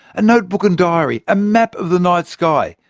a notebook and diary, a map of the night sky,